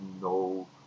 no